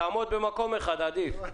טיפה אחורה,